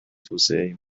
توسعه